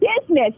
business